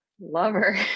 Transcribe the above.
lover